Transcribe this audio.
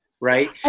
right